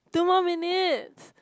two more minutes